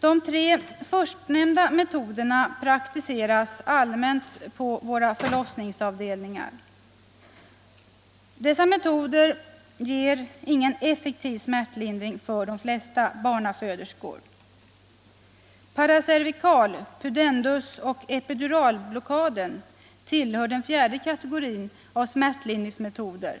De tre förstnämnda metoderna praktiseras allmänt på våra förlossningsavdelningar. Dessa metoder ger ingen effektiv smärtlindring för de flesta barnaföderskor. Paracervikalblockad, pudendusblockad och epiduralblockad tillhör den fjärde kategorin av smärtlindringsmetoder.